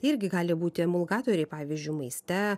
irgi gali būti emulgatoriai pavyzdžiui maiste